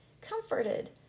comforted